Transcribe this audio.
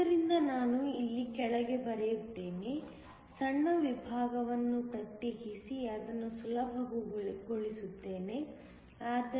ಆದ್ದರಿಂದ ನಾನು ಇಲ್ಲಿ ಕೆಳಗೆ ಬರೆಯುತ್ತೇನೆ ಸಣ್ಣ ವಿಭಾಗವನ್ನು ಪ್ರತ್ಯೇಕಿಸಿ ಅದನ್ನು ಸುಲಭಗೊಳಿಸುತ್ತದೆ